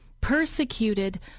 persecuted